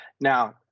Now